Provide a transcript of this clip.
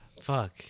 Fuck